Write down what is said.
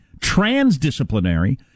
transdisciplinary